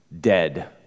dead